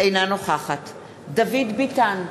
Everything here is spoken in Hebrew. אינה נוכחת דוד ביטן,